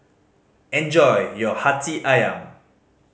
enjoy your Hati Ayam